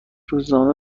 روزنامه